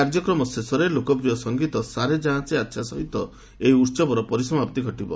କାର୍ଯ୍ୟକ୍ରମ ଶେଷରେ ଲୋକପ୍ରିୟ ସଂଗୀତ ସାରେ ଜହାଁ ସେ ଅଚ୍ଛା ସହିତ ଏହି ଉତ୍ସବର ପରିସମାପ୍ତି ଘଟିବ